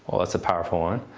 oh that's a powerful one.